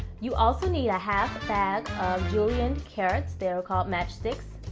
you also need a half bag of julienned carrots. they're called matchstix.